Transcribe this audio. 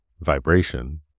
vibration